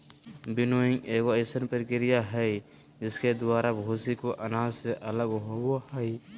winnowing एगो अइसन प्रक्रिया हइ जिसके द्वारा भूसी को अनाज से अलग होबो हइ